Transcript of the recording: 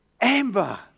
Amber